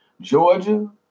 Georgia